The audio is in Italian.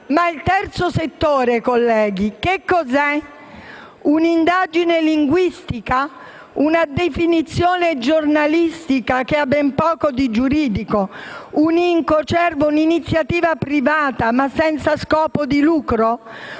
ma il «terzo settore», colleghi, cos'è? È un'indagine linguistica o una definizione giornalistica, che ha ben poco di giuridico? È un ircocervo, ovvero un'iniziativa privata, ma senza scopo di lucro?